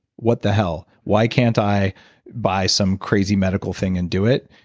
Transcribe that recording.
what the hell! why can't i buy some crazy medical thing and do it?